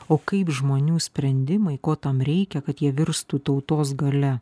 o kaip žmonių sprendimai ko tam reikia kad jie virstų tautos galia